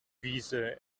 wiese